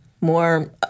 more